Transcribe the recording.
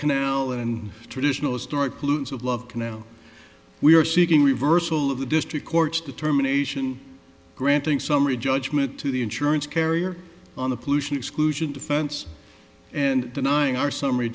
canal and traditional story pollutants of love canal we are seeking reversal of the district courts determination granting summary judgment to the insurance carrier on the pollution exclusion defense and denying our summary